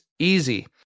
Easy